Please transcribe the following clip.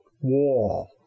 wall